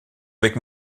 avec